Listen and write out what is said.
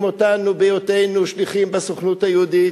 אותנו בהיותנו שליחים בסוכנות היהודית